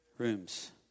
rooms